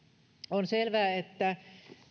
on selvää että